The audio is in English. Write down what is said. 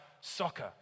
soccer